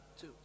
two